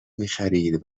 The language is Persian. میخرید